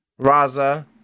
raza